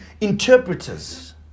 interpreters